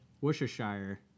worcestershire